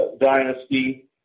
dynasty